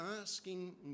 asking